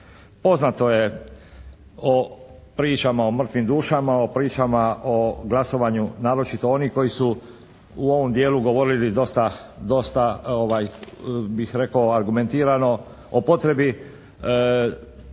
Poznato je o pričama o mrtvim dušama, o pričama o glasovanju naročito onih koji su u ovom dijelu govorili dosta bih rekao argumentirano, o potrebi